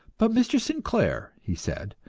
but mr. sinclair, he said,